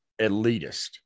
elitist